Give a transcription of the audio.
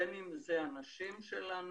בין אם זה הנשים שלנו,